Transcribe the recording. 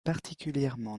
particulièrement